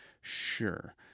Sure